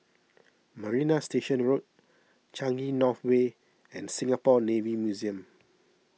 Marina Station Road Changi North Way and Singapore Navy Museum